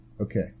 Okay